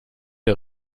der